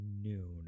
noon